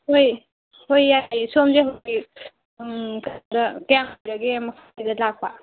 ꯍꯣꯏ ꯍꯣꯏ ꯌꯥꯏꯌꯦ ꯁꯣꯝꯁꯦ ꯍꯧꯖꯤꯛ ꯎꯝ ꯀꯌꯥꯝ ꯀꯨꯏꯔꯒꯦ ꯃꯐꯝꯁꯤꯗ ꯂꯥꯛꯄ